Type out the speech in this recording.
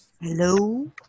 Hello